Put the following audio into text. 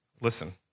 listen